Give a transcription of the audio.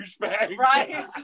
Right